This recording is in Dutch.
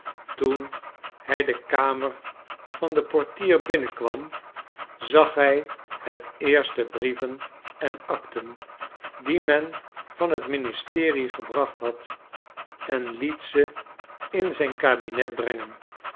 toen hij de kamer van den portier binnen kwam zag hij het eerst de brieven en acten die men van het ministerie gebracht had en liet ze in zijn kabinet brengen